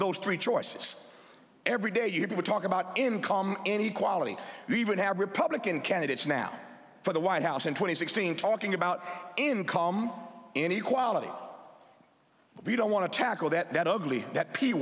those three choices every day you talk about income inequality you even have republican candidates now for the white house and twenty sixteen talking about income inequality we don't want to tackle that ugly that p